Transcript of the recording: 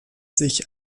sich